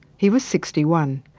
he was sixty one.